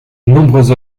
nombreuses